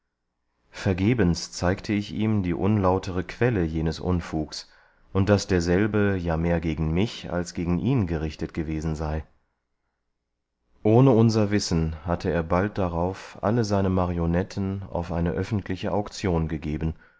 vergebens zeigte ich ihm die unlautere quelle jenes unfugs und daß derselbe ja mehr gegen mich als gegen ihn gerichtet gewesen sei ohne unser wissen hatte er bald darauf alle seine marionetten auf eine öffentliche auktion gegeben